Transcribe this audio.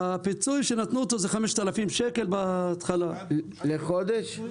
הפיצוי שנתנו הוא 5,000 שקל בהתחלה לחודש.